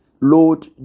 Lord